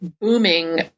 booming